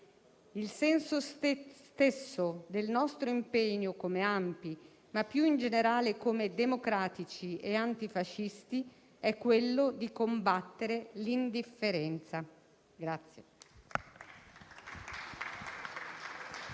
«Il senso stesso del nostro impegno come ANPI, ma più in generale come democratici e antifascisti, è quello di combattere l'indifferenza».